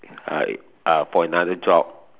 uh for another job